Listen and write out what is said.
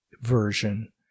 version